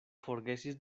forgesis